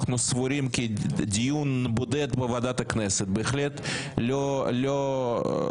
אנחנו סבורים כי דיון בודד בוועדת הכנסת בהחלט לא יכול